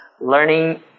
learning